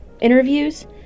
interviews